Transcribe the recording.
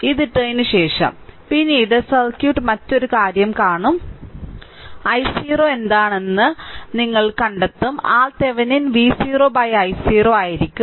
ഇത് ഇട്ടതിനുശേഷം പിന്നീട് സർക്യൂട്ട് മറ്റൊരു കാര്യം കാണും ഇത് ഇട്ടതിനുശേഷം i0 എന്താണെന്ന് നിങ്ങൾ കണ്ടെത്തും RThevenin V0 i0 ആയിരിക്കും